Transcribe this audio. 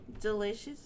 delicious